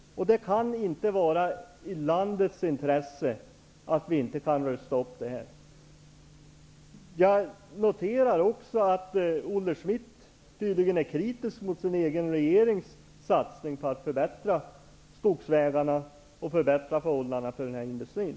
Det kan inte vara i landets intresse att vi inte kan rusta upp dem. Jag noterar också att Olle Schmidt tydligen är kritisk mot sin egen regerings satsning på att förbättra skogsvägarna och förbättra förhållandena för skogsindustrin.